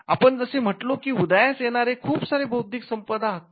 आपण जसे म्हटलो की उदयास येणारे खूप सारे बौद्धिक संपदा हक्क आहेत